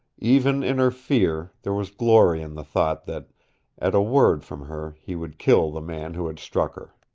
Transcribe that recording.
even in her fear there was glory in the thought that at a word from her he would kill the man who had struck her.